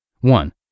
One